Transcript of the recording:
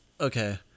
Okay